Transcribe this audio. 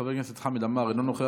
חבר הכנסת חמד עמאר, אינו נוכח.